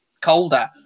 colder